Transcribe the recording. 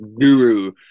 guru